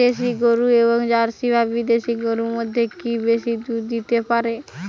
দেশী গরু এবং জার্সি বা বিদেশি গরু মধ্যে কে বেশি দুধ দিতে পারে?